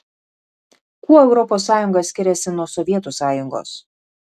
kuo europos sąjunga skiriasi nuo sovietų sąjungos